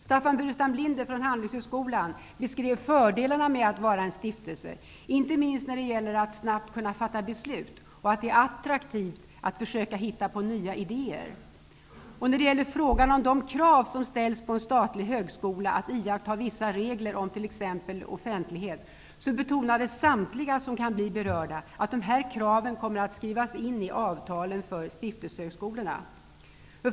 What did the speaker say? Staffan Burenstam Linder från Handelshögskolan beskrev fördelarna med stiftelser -- inte minst när det gäller att snabbt kunna fatta beslut och att det är attraktivt att försöka hitta på nya idéer. Samtliga som kan bli berörda betonade att de krav som ställs på en statlig högskola att iaktta vissa regler om t.ex. offentlighet kommer att skrivas in i avtalen för stiftelsehögskolorna.